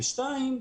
דבר שני,